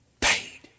paid